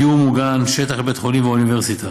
דיור מוגן, שטח לבית חולים ואוניברסיטה,